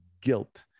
guilt